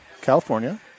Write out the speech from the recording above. California